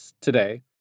today